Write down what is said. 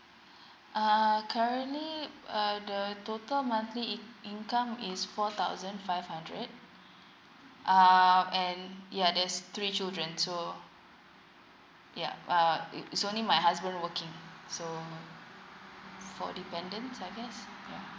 uh currently err the total monthly in income is four thousand five hundred uh and yeah there's three children so yeah uh it it's only my husband working so four dependents I guess yeah